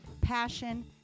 passion